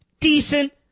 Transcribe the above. decent